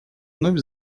вновь